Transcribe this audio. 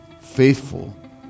faithful